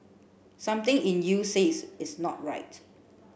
something in you says it's not right